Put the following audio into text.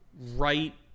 right